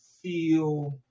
feel